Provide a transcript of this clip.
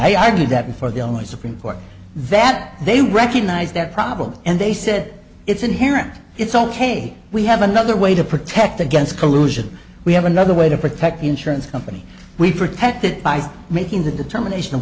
i argued that before the illinois supreme court that they recognized that problem and they said it's inherent it's ok we have another way to protect against collusion we have another way to protect the insurance company we protected by making the determination of